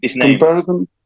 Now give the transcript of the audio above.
comparison